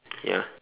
ya